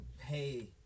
pay